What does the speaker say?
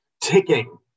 ticking